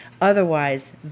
Otherwise